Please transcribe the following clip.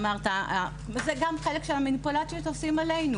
זה גם חלק מהמניפולציות שעושים עלינו